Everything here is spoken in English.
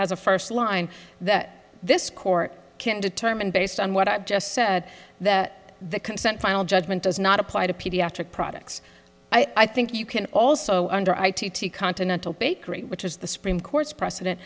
as a first line that this court can determine based on what i've just said that the consent final judgment does not apply to pediatric products i think you can also under i t t continental bakery which is the supreme court's precedent